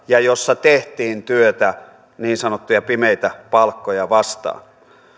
ja jolla tehtiin työtä niin sanottuja pimeitä palkkoja vastaan